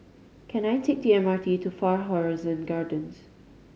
can I take the M R T to Far Horizon Gardens